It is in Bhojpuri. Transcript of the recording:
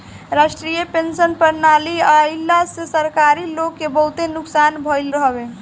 राष्ट्रीय पेंशन प्रणाली आईला से सरकारी लोग के बहुते नुकसान भईल हवे